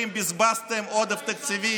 בתוך חמישה חודשים בזבזת עודף תקציבי